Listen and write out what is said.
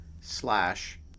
slash